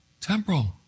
Temporal